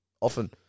often